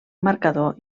marcador